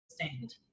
sustained